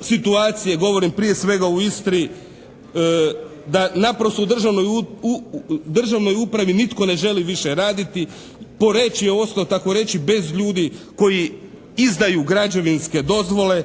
situacije, govorim prije svega o Istri, da naprosto u državnoj upravi nitko ne želi više raditi. Poreč je ostao takoreći bez ljudi koji izdaju građevinske dozvole.